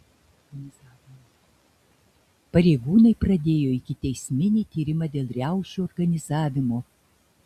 pareigūnai pradėjo ikiteisminį tyrimą dėl riaušių organizavimo